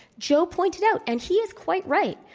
joe pointed out, and he is quite right,